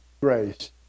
grace